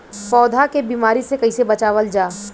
पौधा के बीमारी से कइसे बचावल जा?